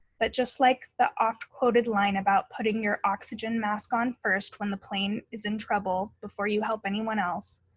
but just like the oft quoted line about putting your oxygen mask on first when the plane is in trouble before you help anyone else,